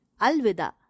alvida